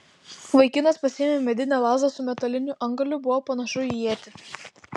vaikinas pasiėmė medinę lazdą su metaliniu antgaliu buvo panašu į ietį